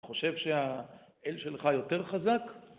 ‫אני חושב שהאל שלך יותר חזק.